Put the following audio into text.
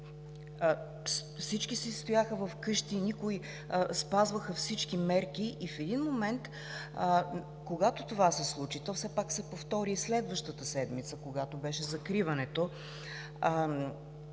Всички си стояха вкъщи, спазваха всички мерки и в един момент, когато това се случи, то все пак се повтори и следващата седмица, когато беше закриването,